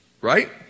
Right